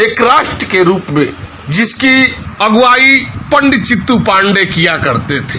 एक राष्ट्र के रूप में जिसकी अगुवाई पंडित चित्तू पाण्डेय किया करते थे